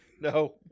No